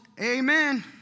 amen